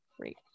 great